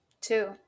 Two